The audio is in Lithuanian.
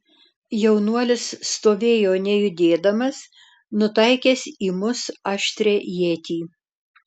jaunuolis stovėjo nejudėdamas nutaikęs į mus aštrią ietį